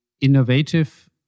innovative